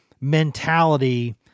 mentality